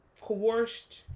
coerced